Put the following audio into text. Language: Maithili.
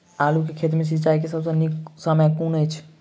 आलु केँ खेत मे सिंचाई केँ सबसँ नीक समय कुन अछि?